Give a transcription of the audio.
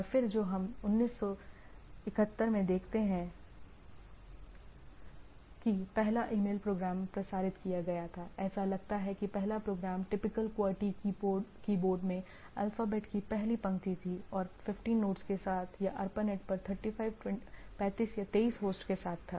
और फिर जो हम 1971 में देखते हैं कि पहला ईमेल प्रोग्राम प्रसारित किया गया था ऐसा लगता है कि पहला प्रोग्राम टिपिकल QWERTY कीबोर्ड में अल्फाबेट की पहली पंक्ति थी और 15 नोड्स के साथ या ARPANET पर 35 23 होस्ट के साथ था